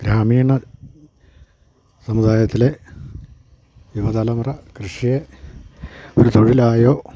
ഗ്രാമീണ സമുദായത്തിലെ യുവതലമുറ കൃഷിയെ ഒരു തൊഴിലായോ